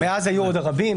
מאז היו עוד רבים.